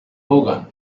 hogan